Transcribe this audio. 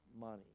money